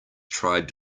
tried